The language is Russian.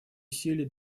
усилий